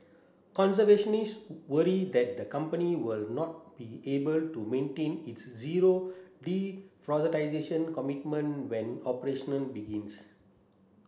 conservationist worry that the company will not be able to maintain its zero commitment when operation begins